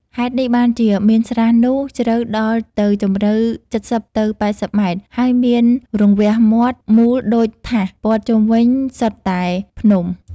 ហេតុនេះ បានជាមានស្រះនោះ ជ្រៅដល់ទៅជម្រៅ ៧០-៨០ ម៉ែត្រ ហើយមានរង្វះមាត់មូលដូចថាស ព័ទ្ធជុំវិញសុទ្ធតែភ្នំ។